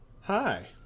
Hi